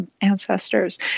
ancestors